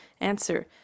Answer